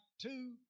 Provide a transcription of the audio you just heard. two